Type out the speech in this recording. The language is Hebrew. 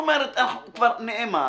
כבר נאמר